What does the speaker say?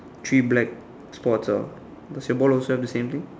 three black spots ah does your ball also have the same thing